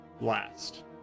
last